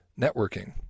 networking